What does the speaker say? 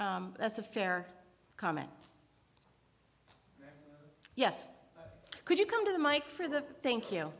and that's a fair comment yes could you come to the mike for the thank you